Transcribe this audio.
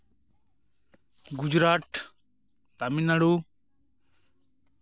Gujarat Tamil Nadu